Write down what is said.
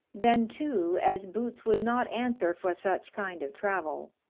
then, too, as boots would not answer for such kind of travel,